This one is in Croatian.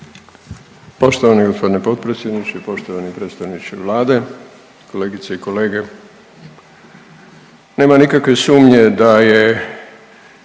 Poštovani g. potpredsjedniče, poštovani predstavniče Vlade, kolegice i kolege. Nema nikakve sumnje da je